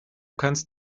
kannst